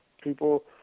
people